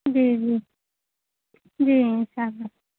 جی جی جی ان شاء اللہ